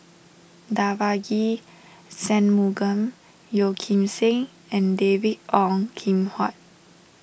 Devagi Sanmugam Yeo Kim Seng and David Ong Kim Huat